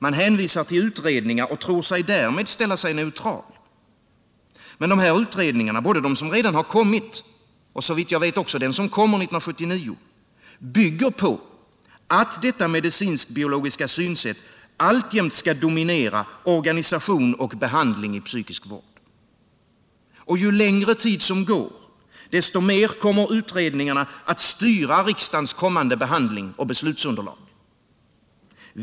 Man hänvisar till utredningar och tror därmed att man ställer sig neutral. Men de här utredningarna, både de som redan hartillsatts och såvitt jag vet också den som kommer 1979, bygger på att detta medicinsk-biologiska synsätt alltjämt skall dominera organisation och behandling i psykisk vård. Och ju längre tid som går, desto mer kommer utredningarna att styra riksdagens kommande behandling och beslutsunderlag.